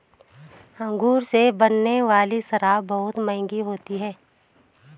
अंगूर से बनने वाली शराब बहुत मँहगी होती है